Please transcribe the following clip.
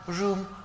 room